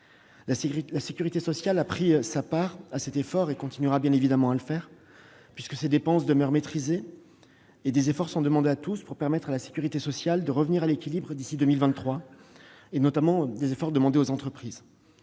La sécurité sociale a pris sa part à cet effort et continuera bien évidemment de le faire : ses dépenses demeurent maîtrisées et des efforts sont demandés à tous pour permettre à la sécurité sociale de revenir à l'équilibre d'ici à 2023. Ces efforts sont notamment demandés aux entreprises